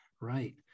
right